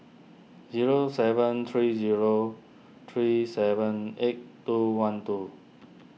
zero seven three zero three seven eight two one two